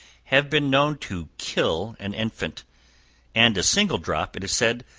have been known to kill an infant and a single drop, it is said,